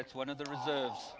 it's one of the reserves